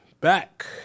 back